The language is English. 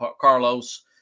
Carlos